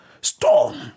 Storm